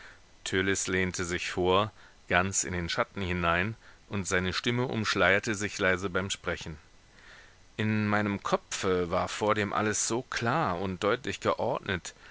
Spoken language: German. lehnte sich vor ganz in den schatten hinein und seine stimme umschleierte sich leise beim sprechen in meinem kopfe war vordem alles so klar und deutlich geordnet